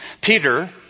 Peter